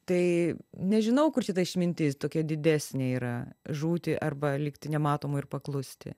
tai nežinau kur čia ta išmintis tokia didesnė yra žūti arba likti nematomu ir paklusti